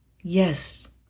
Yes